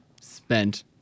spent